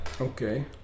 Okay